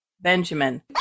Benjamin